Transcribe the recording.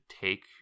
take